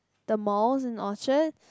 the mall in Orchard